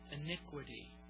iniquity